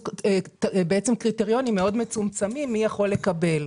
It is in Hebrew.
בעצם קריטריונים מאוד מצומצמים מי יכול לקבל.